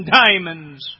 diamonds